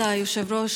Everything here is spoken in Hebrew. כבוד היושב-ראש,